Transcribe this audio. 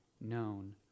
known